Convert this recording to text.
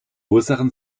ursachen